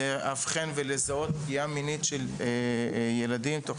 לאבחן ולזהות פגיעה מינית של ילדים תוך